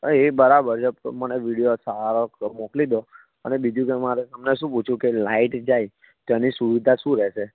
એ બરાબર છે પણ મને વિડિયો સારો મોકલી દો અને બીજુ જે મારે તમને શું પૂછવું કે લાઇટ જાય તેની સુવિધા શું રહેશે